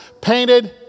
painted